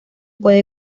puede